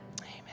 Amen